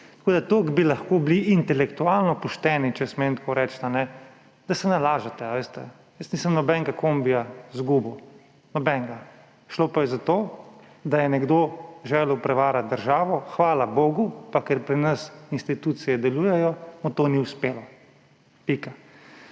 Tako da toliko bi lahko bili intelektualno pošteni, če smem tako reči, da se ne lažete, veste. Jaz nisem nobenega kombija izgubil. Nobenega. Šlo pa je za to, da je nekdo želel prevarati državo. Hvala bogu pa ker pri nas institucije delujejo, mu to ni uspelo. Pika.